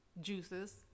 juices